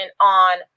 on